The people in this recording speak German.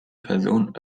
person